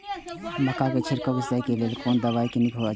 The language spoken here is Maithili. मक्का के छिड़काव सिंचाई के लेल कोन दवाई नीक होय इय?